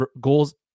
goals